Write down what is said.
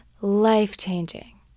life-changing